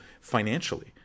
financially